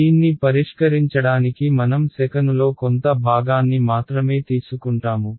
దీన్ని పరిష్కరించడానికి మనం సెకనులో కొంత భాగాన్ని మాత్రమే తీసుకుంటాము